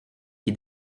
qui